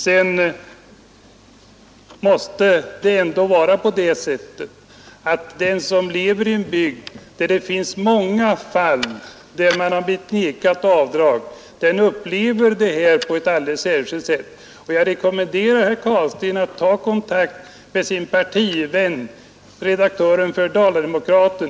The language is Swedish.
Slutligen är det så att den som lever i en bygd där många har vägrats avdrag upplever detta på ett alldeles särskilt sätt. Jag rekommenderar herr Carlstein att ta kontakt med sin partivän redaktören för Dala-Demokraten.